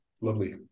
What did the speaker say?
lovely